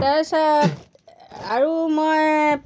তাৰপিছত আৰু মই